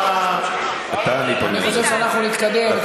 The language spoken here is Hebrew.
אני חושב שאנחנו נתקדם.